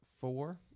Four